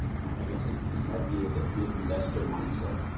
i guess it just had the the investor mindset.